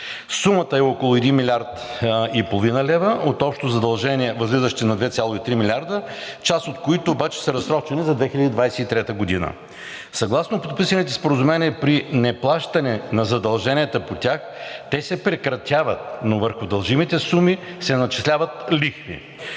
милиард и половина лева от общо задължения, възлизащи на 2,3 милиарда, част от които обаче са разсрочени за 2023 г. Съгласно подписаните споразумения при неплащане на задълженията по тях те се прекратяват, но върху дължимите суми се начисляват лихви.